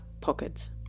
pockets